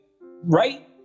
right